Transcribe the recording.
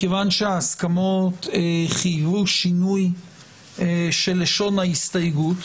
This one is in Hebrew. מכיוון שההסכמות חייבו שינוי של לשון ההסתייגות,